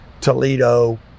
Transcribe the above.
Toledo